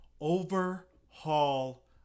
overhaul